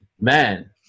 man